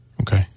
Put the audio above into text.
Okay